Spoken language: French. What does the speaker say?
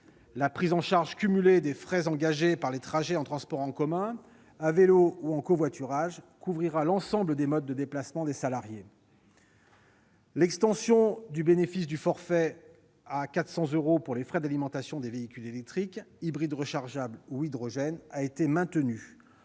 la prise en charge cumulée des frais engagés pour les trajets en transport en commun, à vélo ou en covoiturage couvrira l'ensemble des modes de déplacement des salariés. L'extension du bénéfice du forfait à 400 euros aux frais d'alimentation des véhicules électriques, hybrides rechargeables ou à hydrogène, a été maintenue.